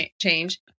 change